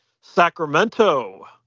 sacramento